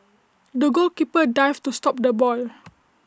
the goalkeeper dived to stop the ball